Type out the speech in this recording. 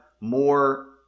more